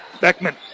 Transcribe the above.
Beckman